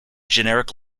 generic